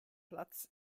platz